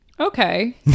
Okay